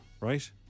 right